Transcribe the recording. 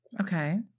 Okay